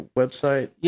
website